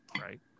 right